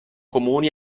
comuni